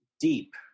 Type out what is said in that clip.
deep